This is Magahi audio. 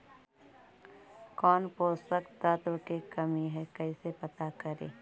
कौन पोषक तत्ब के कमी है कैसे पता करि?